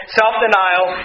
self-denial